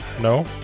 No